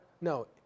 No